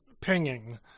pinging